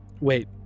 Wait